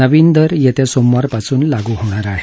नवीन दर येत्या सोमवारपासून लागू होणार आहेत